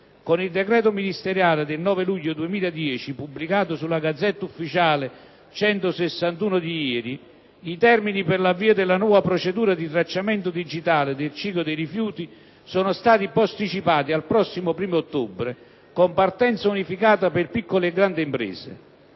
Con decreto ministeriale del 9 luglio 2010, pubblicato sulla *Gazzetta Ufficiale* n. 161 di ieri, i termini per l'avvio della nuova procedura di tracciamento digitale del ciclo dei rifiuti sono stati posticipati al prossimo 1° ottobre, con partenza unificata per piccole e grandi imprese.